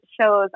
shows